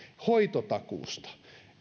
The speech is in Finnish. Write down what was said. hoitotakuusta